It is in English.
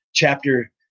Chapter